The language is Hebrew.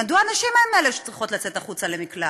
מדוע הנשים הן אלה שצריכות לצאת החוצה למקלט?